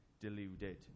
deluded